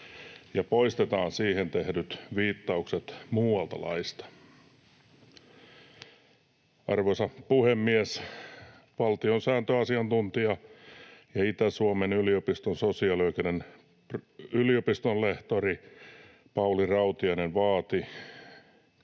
ja poistetaan siihen tehdyt viittaukset muualta laista. Arvoisa puhemies! Valtiosääntöasiantuntija ja Itä-Suomen yliopiston sosiaalioikeuden yliopistonlehtori Pauli Rautiainen vaati